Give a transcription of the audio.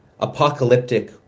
apocalyptic